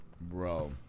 Bro